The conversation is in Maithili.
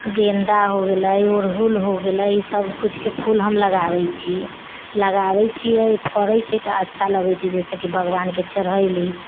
गेन्दा हो गेलै ओड़हुल हो गेलै एहि सभ किछु फूल हम लगाबैत छियै फड़ैत छै तऽ अच्छा लगैत छै जैसे कि भगवानके चढ़ैली